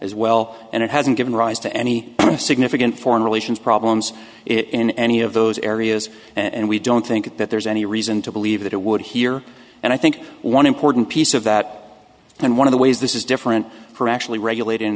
as well and it hasn't given rise to any significant foreign relations problems in any of those areas and we don't think that there's any reason to believe that it would here and i think one important piece of that and one of the ways this is different from actually regulat